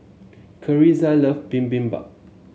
Carisa love Bibimbap